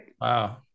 Wow